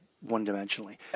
one-dimensionally